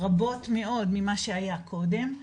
רבות מאוד ממה שהיה קודם.